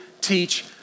teach